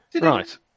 Right